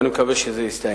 ואני מקווה שזה יסתיים.